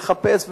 ולחפש ולרדוף.